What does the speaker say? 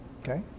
okay